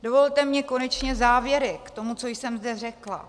Dovolte mi konečně závěry k tomu, co jsem zde řekla.